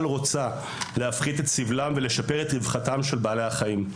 רוצה להפחית את סבלם ולשפר את רווחתם של בעלי החיים?